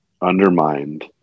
undermined